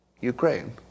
Ukraine